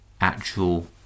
actual